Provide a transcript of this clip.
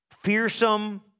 fearsome